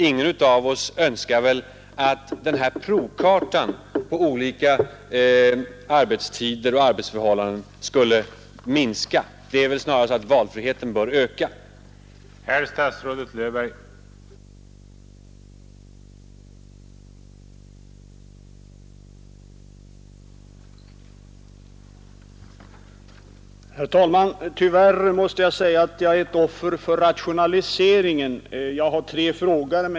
Ingen av oss önskar väl att denna provkarta på olika arbetstider och arbetsförhållanden skall minska. Valfriheten bör i stället öka.